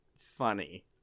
funny